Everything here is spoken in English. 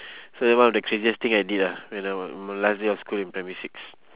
so one of the craziest thing I did ah when I was in my last day of school in primary six